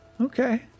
Okay